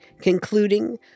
concluding